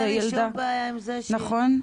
ואין לי שום בעיה עם זה שהילדים ילמדו --- נכון?